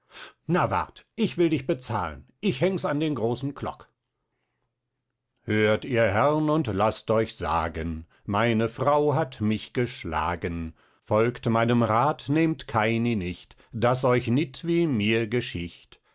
na wart ich will dich bezahlen ich hängs an den großen klock hört ihr herrn und laßt euch sagen meine frau hat mich geschlagen folgt meinem rath nehmt keini nicht daß euch nit wie mir geschicht